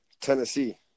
Tennessee